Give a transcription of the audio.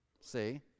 see